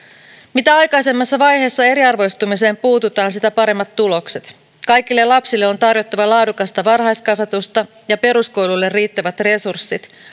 mitä aikaisemmassa vaiheessa eriarvoistumiseen puututaan sitä paremmat tulokset kaikille lapsille on tarjottava laadukasta varhaiskasvatusta ja peruskoululle riittävät resurssit